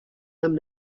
amb